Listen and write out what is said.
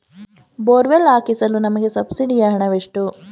Borewell ಹಾಕಿಸಲು ನಮಗೆ ಸಬ್ಸಿಡಿಯ ಹಣವೆಷ್ಟು?